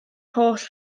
holl